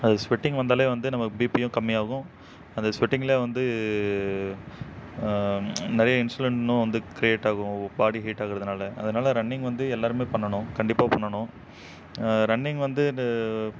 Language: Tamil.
அது ஸ்வெட்டிங் வந்தாலே வந்து நமக்கு பிபியும் கம்மியாகும் அந்த ஸ்வெட்டிங்லே வந்து நிறைய இன்சுலின்னும் வந்து க்ரியேட் ஆகும் பாடி ஹீட் ஆகுறதுனால அதனால் ரன்னிங் வந்து எல்லாருமே பண்ணணும் கண்டிப்பாக பண்ணணும் ரன்னிங் வந்து இது